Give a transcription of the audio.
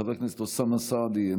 חבר הכנסת אוסאמה סעדי,